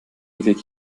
ewig